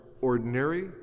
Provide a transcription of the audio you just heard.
ordinary